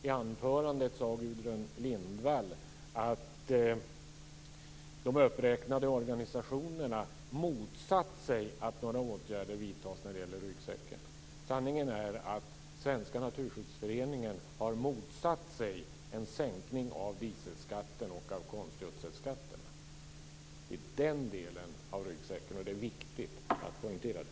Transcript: Gudrun Lindvall sade i anförandet att de uppräknade organisationerna har motsatt sig att några åtgärder vidtas när det gäller ryggsäcken. Sanningen är att Svenska naturskyddsföreningen har motsatt sig en sänkning av dieselskatten och av konstgödselskatten. Det är den delen av ryggsäcken det gäller. Det är viktigt att poängtera det.